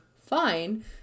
fine